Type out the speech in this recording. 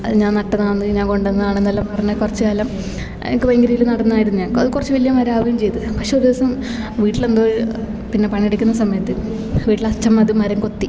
അത് ഞാൻ നട്ടതാന്ന് ഞാൻ കൊണ്ട് വന്നതാണെന്നെല്ലാം പറഞ്ഞ് കുറച്ച് കാലം എനിക്ക് ഭയങ്കരമായിട്ട് നടന്നായിരുന്ന് ഞാൻ അത് കുറച്ച് വല്യ മരാവേം ചെയ്ത് പക്ഷേ ഒരു ദിവസം വീട്ടിലെന്തോ പിന്നെ പണിയെടുക്കുന്ന സമയത്ത് വീട്ടില് അച്ഛമ്മ അത് മരംകൊത്തി